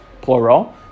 plural